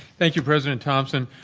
thank you president thomson.